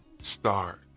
start